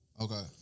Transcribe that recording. Okay